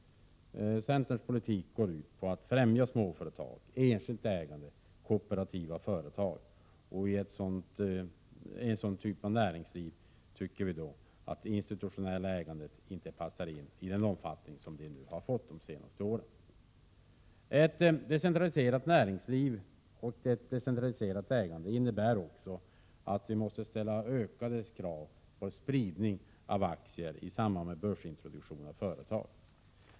Centerns politik går ut på att främja småföretag, enskilt ägande och kooperativ företag. I ett näringsliv av den typen tycker vi att det institutionella ägandet inte passar in i den omfattning som det har fått de senaste åren. Ett decentraliserat näringsliv och ett decentraliserat ägande innebär också att vi måste ställa ökade krav på spridning av aktier i samband med börsintroduktion av företag.